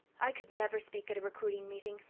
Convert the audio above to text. i could never speak at a recruiting meeting,